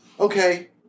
Okay